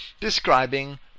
describing